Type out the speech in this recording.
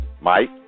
Mike